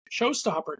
Showstopper